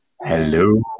hello